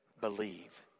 believe